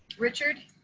richard,